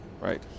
Right